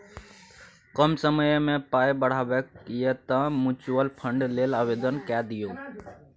कम समयमे पाय बढ़ेबाक यै तँ म्यूचुअल फंड लेल आवेदन कए दियौ